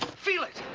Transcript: feel it.